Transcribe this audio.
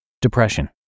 Depression